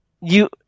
You-